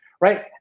right